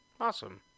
Awesome